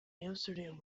amsterdam